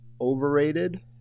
overrated